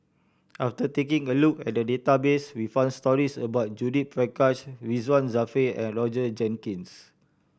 after taking a look at the database we found stories about Judith Prakash Ridzwan Dzafir and Roger Jenkins